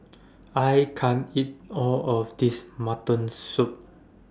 I can't eat All of This Mutton Soup